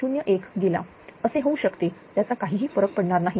01 गेला असे होऊ शकते त्याचा काहीही फरक पडणार नाही